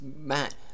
Matt